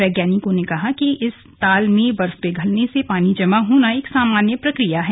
वैज्ञानिकों ने कहा कि इस ताल में बर्फ पिघलने से पानी जमा होना सामान्य प्रक्रिया है